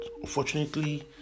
unfortunately